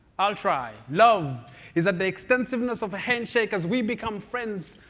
i'll try, love is at the extensiveness of a handshake as we become friends,